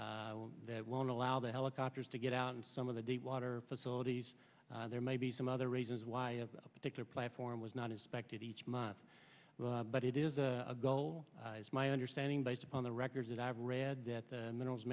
weather that won't allow the helicopters to get out and some of the deepwater facilities there may be some other reasons why a particular platform was not inspected each month but it is a goal it's my understanding based upon the records that i've read that the minerals